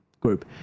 group